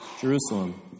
Jerusalem